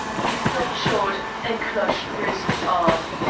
he stopped short, and clutched bruce's arm.